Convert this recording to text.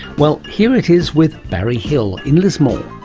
well, here it is with barry hill in lismore.